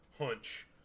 hunch